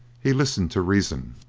he listened to reason,